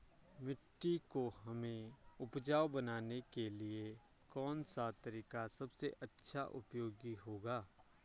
मिट्टी को हमें उपजाऊ बनाने के लिए कौन सा तरीका सबसे अच्छा उपयोगी होगा?